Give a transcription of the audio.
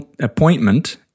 appointment